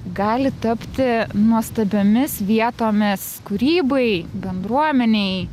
gali tapti nuostabiomis vietomis kūrybai bendruomenei